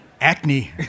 Acne